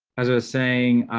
as i was saying,